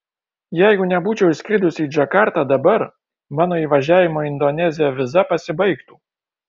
jeigu nebūčiau išskridusi į džakartą dabar mano įvažiavimo į indoneziją viza pasibaigtų